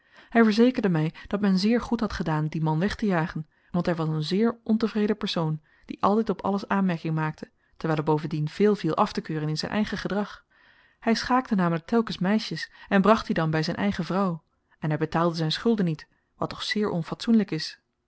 hy verzekerde my dat men zeer goed had gedaan dien man wegtejagen want hy was een zeer ontevreden persoon die altyd op alles aanmerking maakte terwyl er bovendien veel viel aftekeuren in zyn eigen gedrag hy schaakte namelyk telkens meisjes en bracht die dan by zyn eigen vrouw en hy betaalde zyn schulden niet wat toch zeer onfatsoenlyk is